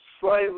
slightly